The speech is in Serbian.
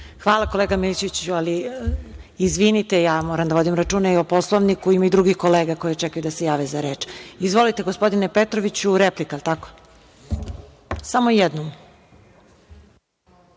Hvala kolega Milićeviću. Izvinite, moram da vodim računa i o Poslovniku, ima i drugih kolega koje čekaju da se jave za reč. Izvolite, gospodine Petroviću. Replika, da li je tako? Samo jednom.